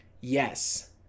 Yes